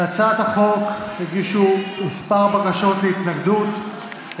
להצעת החוק הוגשו כמה בקשות להתנגדות,